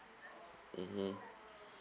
mmhmm